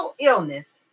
illness